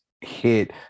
hit